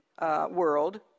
world